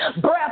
breath